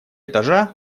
этажа